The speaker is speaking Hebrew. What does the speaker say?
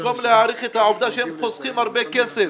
במקום להעריך את העובדה שהם חוסכים הרבה כסף,